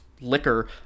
liquor